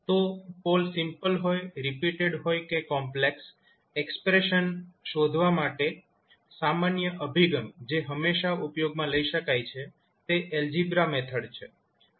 તો પોલ સિમ્પલ હોય રિપીટેડ હોય કે કોમ્પ્લેક્સ એક્સપ્રેશન શોધવા માટે સામાન્ય અભિગમ જે હંમેશાં ઉપયોગમાં લઈ શકાય છે તે એલ્જીબ્રા મેથડ છે